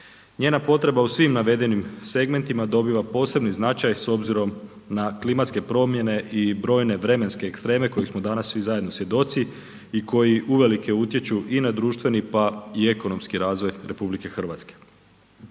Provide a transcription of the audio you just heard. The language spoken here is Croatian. Njena potreba u svim navedenim segmentima dobiva posebni značaj s obzirom na klimatske promjene i brojne vremenske ekstreme kojih smo danas svi zajedno svjedoci i koji i uvelike utječu i na društveni pa i ekonomski razvoj RH.